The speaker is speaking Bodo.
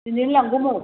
दिनैनो लांगोन औ